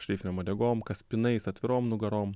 šleifinėm uodegom kaspinais atvirom nugarom